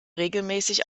regelmäßig